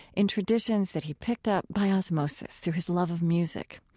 in traditions that he picked up by osmosis through his love of music.